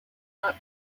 not